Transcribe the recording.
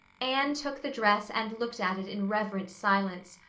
anne took the dress and looked at it in reverent silence.